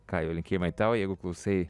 kajau linkėjimai tau jeigu klausai